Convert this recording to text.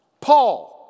Paul